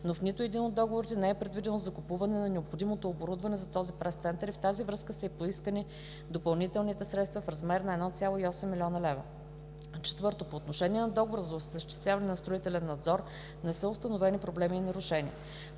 но в нито един от договорите не е предвидено закупуването на необходимото оборудване за този пресцентър и в тази връзка са и поисканите допълнителни средства в размер на 1,8 млн. лв. 4. По отношение на договора за осъществяване на строителен надзор, не са установени проблеми и нарушения.